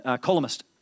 columnist